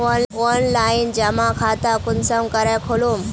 Online जमा खाता कुंसम करे खोलूम?